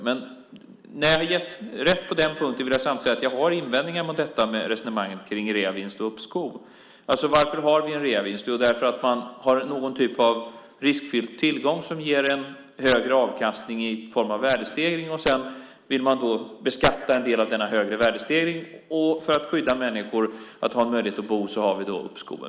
Men när jag har gett er rätt på den punkten vill jag samtidigt säga att jag har invändningar kring resonemanget om reavinst och uppskov. Varför har vi en reavinst? Jo, för att man har någon form av riskfylld tillgång som ger en högre avkastning i form av värdestegring. Sedan vill vi beskatta denna högre värdestegring. För att skydda människor så att de ska ha en möjlighet att bo har vi då ett uppskov.